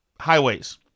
highways